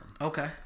okay